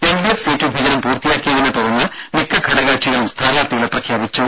LDF seat വിഭജനം പൂർത്തിയാക്കിയതിനെ തുടർന്ന് മിക്ക ഘടകകക്ഷികളും സ്ഥാനാർത്ഥികളെ പ്രഖ്യാപിച്ചു